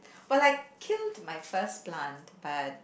but I killed my first plant but